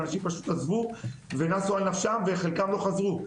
אנשים פשוט עזבו וחלקם לא חזרו.